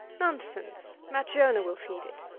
nonsense, matriona will feed it.